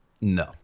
No